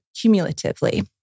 cumulatively